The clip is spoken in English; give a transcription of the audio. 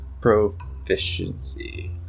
proficiency